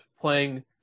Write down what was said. playing